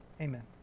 Amen